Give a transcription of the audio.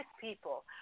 people